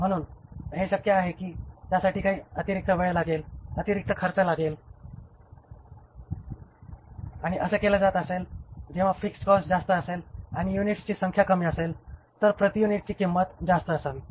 म्हणून हे शक्य आहे की त्यासाठी काही अतिरिक्त वेळ लागेल अतिरिक्त खर्च केला जात असेल आणि जेव्हा फिक्स्ड कॉस्ट जास्त असेल आणि युनिट्सची संख्या कमी असेल तर प्रति युनिटची किंमत जास्त असावी